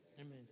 Amen